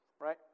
right